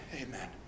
Amen